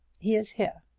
he is here.